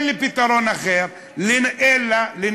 יש לה מסגרת אשראי של 1,000 שקל.